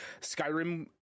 skyrim